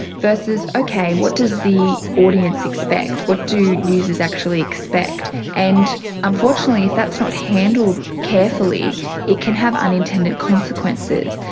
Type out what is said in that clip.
versus, okay, what does the audience expect, what do users actually expect? and unfortunately if that's not handled carefully it can have unintended consequences.